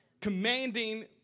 Commanding